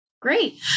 Great